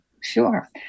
Sure